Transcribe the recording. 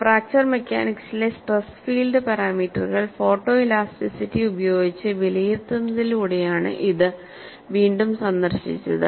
fracture മെക്കാനിക്സിലെ stress field പാരാമീറ്ററുകൾ photoelasticity ഉപയോഗിച്ച് വിലയിരുത്തുന്നതിലൂടെയാണ് ഇത് വീണ്ടും സന്ദർശിച്ചത്